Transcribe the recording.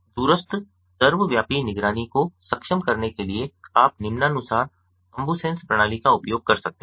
दूरस्थ सर्वव्यापी निगरानी को सक्षम करने के लिए आप निम्नानुसार अम्बुसेन्स प्रणाली का उपयोग कर सकते हैं